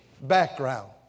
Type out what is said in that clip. background